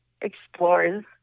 explores